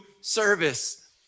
service